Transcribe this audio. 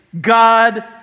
God